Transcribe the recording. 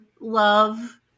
love